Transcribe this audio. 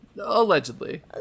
Allegedly